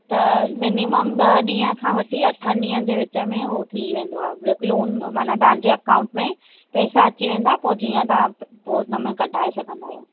त मिनिमम ॿ ॾींहं खां वठी अठनि ॾींहंनि जे विच में हो थी वेंदो आहे लोन माना तव्हांजे अकाउंट में पैसा अची वेंदा पोइ जीअं तव्हां पोइ उनमें कढाए सघंदा आहियो